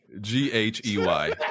g-h-e-y